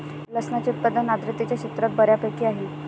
लसणाचे उत्पादन आर्द्रतेच्या क्षेत्रात बऱ्यापैकी आहे